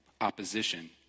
opposition